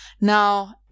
Now